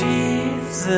Jesus